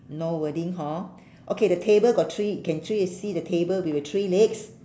no wording hor okay the table got three can three you see the table with the three legs